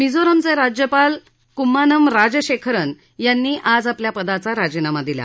मिझोरमचे राज्यपाल कुम्मानम राजशेखरन यांनी आज आपल्या पदाचा राजीनामा दिला